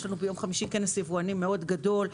יש לנו ביום חמישי כנס יבואנים גדול מאוד,